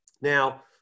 Now